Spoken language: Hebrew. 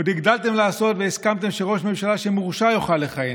עוד הגדלתם לעשות והסכמתם שראש ממשלה שמורשע יוכל לכהן.